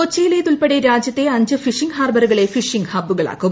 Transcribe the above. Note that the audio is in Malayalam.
കൊച്ചിയിലേത് ഉൾപ്പെടെ രാജ്യത്ത് അഞ്ച് ഫിഷിംഗ് ്ഹാർബറുകളെ ഫിഷിംഗ് ഹബ്ബുകളാക്കും